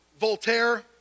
Voltaire